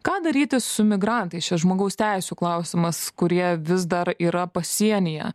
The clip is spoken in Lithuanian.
ką daryti su migrantais čia žmogaus teisių klausimas kurie vis dar yra pasienyje